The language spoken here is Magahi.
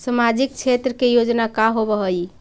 सामाजिक क्षेत्र के योजना का होव हइ?